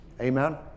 Amen